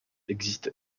existe